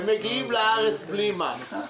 הן מגיעות לארץ בלי מס.